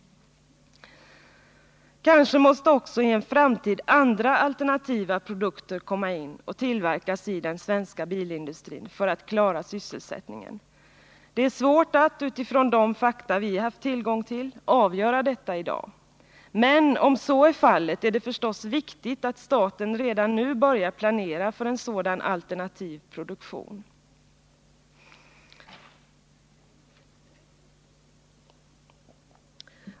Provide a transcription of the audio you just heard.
Kanske måste också i en framtid andra alternativa produkter komma in och tillverkas i den svenska bilindustrin för att klara sysselsättningen. Det är svårt att utifrån de fakta vi haft tillgång till avgöra detta i dag. Men om så är fallet är det förstås viktigt att staten redan nu börjar planera för en sådan alternativ produktion.